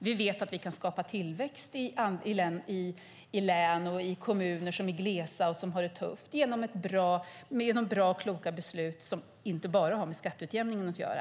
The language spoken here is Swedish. Vi vet att vi kan skapa tillväxt i län och kommuner som är glesa och har det tufft genom bra och kloka beslut som inte bara har med skatteutjämning att göra.